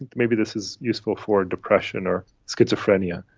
maybe this is useful for depression or schizophrenia.